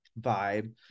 vibe